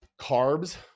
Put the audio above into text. carbs